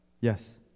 yes